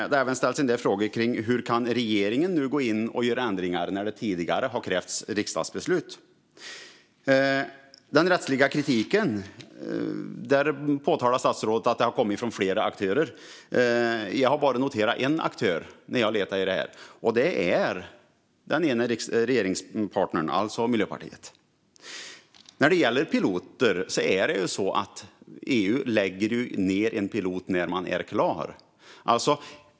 Det har även ställts en del frågor om hur regeringen nu kan gå in och göra ändringar när det tidigare har krävts riksdagsbeslut. Statsrådet påtalar att det har kommit rättslig kritik från flera aktörer. Jag har bara noterat en aktör när jag har letat, och det är den ena regeringspartnern - alltså Miljöpartiet. EU lägger ned ett pilotärende när man är klar med det.